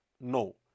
no